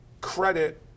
credit